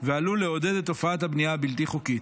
ועלול לעודד את תופעת הבנייה הבלתי-חוקית.